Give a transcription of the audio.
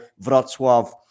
Wrocław